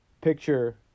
picture